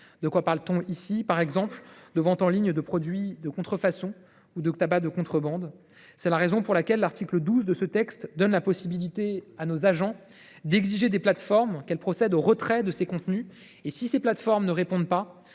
en ligne. Il s’agit, par exemple, de vente en ligne de produits de contrefaçon ou de tabac de contrebande. C’est la raison pour laquelle l’article 12 du texte donne la possibilité à nos agents d’exiger des plateformes qu’elles procèdent au retrait de ces contenus. Si celles ci ne répondent pas,